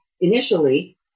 initially